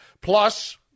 Plus